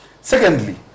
Secondly